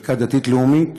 חלקה דתית-לאומית